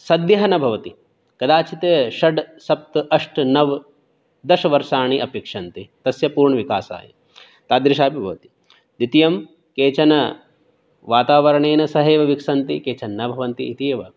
सद्यः न भवति कदाचित् षड् सप्त अष्ट नव दशवर्षाणि अपेक्षन्ते तस्य पूर्णविकासाय तादृशः अपि भवति द्वितीयं केचन वातावरणेन सह एव विकसन्ति केचन न भवन्ति इति एव